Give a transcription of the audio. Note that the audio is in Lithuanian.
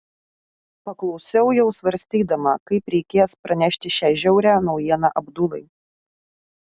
paklausiau jau svarstydama kaip reikės pranešti šią žiaurią naujieną abdulai